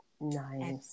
Nice